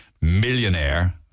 millionaire